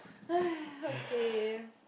okay